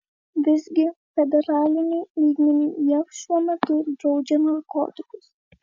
visgi federaliniu lygmeniu jav šiuo metu draudžia narkotikus